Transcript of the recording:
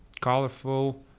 colorful